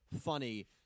funny